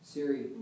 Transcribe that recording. Siri